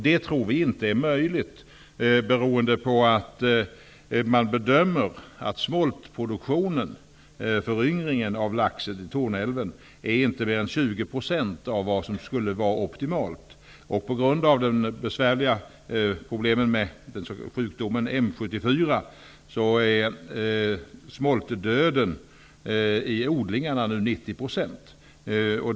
Det tror vi inte är möjligt beroende på att man bedömer att smoltproduktionen, föryngringen av laxen i Torne älv, inte är mer än 20 % av vad som skulle vara optimalt. På grund av problemen med den besvärliga sjukdomen M74 är smoltdöden i odlingarna nu 90 %.